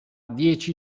dieci